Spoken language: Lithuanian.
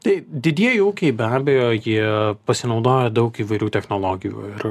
tai didieji ūkiai be abejo jie pasinaudojo daug įvairių technologijų ir